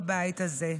בבית הזה.